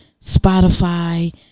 Spotify